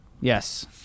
yes